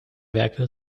werke